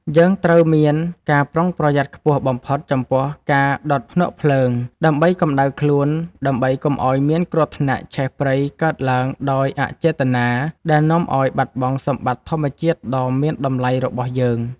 យើងត្រូវមានការប្រុងប្រយ័ត្នខ្ពស់បំផុតចំពោះការដុតភ្នក់ភ្លើងដើម្បីកម្ដៅខ្លួនដើម្បីកុំឱ្យមានគ្រោះថ្នាក់ឆេះព្រៃកើតឡើងដោយអចេតនាដែលនាំឱ្យបាត់បង់សម្បត្តិធម្មជាតិដ៏មានតម្លៃរបស់យើង។